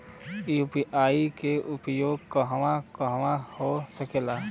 UPI के उपयोग कहवा कहवा हो सकेला?